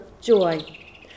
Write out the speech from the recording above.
joy